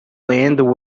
land